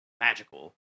magical